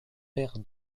père